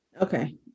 Okay